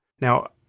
Now